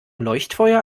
leuchtfeuer